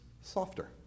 softer